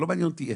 ולא מעניין איך,